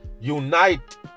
Unite